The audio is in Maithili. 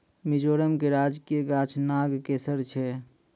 मिजोरम के राजकीय गाछ नागकेशर छै